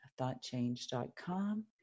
thoughtchange.com